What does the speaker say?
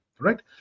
Right